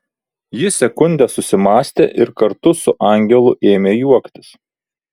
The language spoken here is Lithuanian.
ji sekundę susimąstė ir kartu su angelu ėmė juoktis